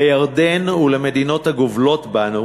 לירדן ולמדינות הגובלות בנו